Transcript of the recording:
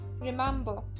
remember